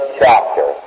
chapter